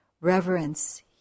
Reverence